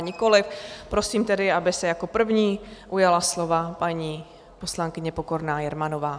Nikoli, prosím tedy, aby se jako první ujala slova paní poslankyně Pokorná Jermanová.